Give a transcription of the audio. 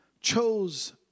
chose